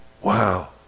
Wow